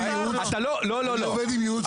אני עובד עם ייעוץ משפטי.